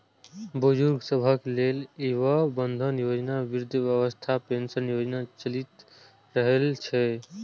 बुजुर्ग सभक लेल वय बंधन योजना, वृद्धावस्था पेंशन योजना चलि रहल छै